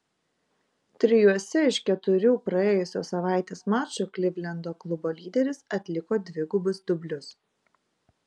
trijuose iš keturių praėjusios savaitės mačų klivlendo klubo lyderis atliko dvigubus dublius